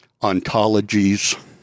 ontologies